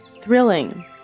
Thrilling